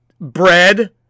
bread